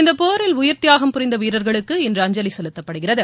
இந்தப்போரில் உயிர்த்தியாகம் புரிந்த வீரர்களுக்கு இன்று அஞ்சலி செலுத்தப்படுகிறது